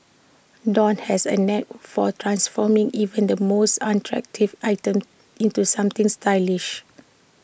dawn has A knack for transforming even the most unattractive item into something stylish